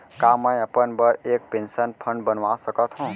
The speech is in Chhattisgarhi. का मैं अपन बर एक पेंशन फण्ड बनवा सकत हो?